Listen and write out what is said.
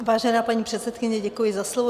Vážená paní předsedkyně, děkuji za slovo.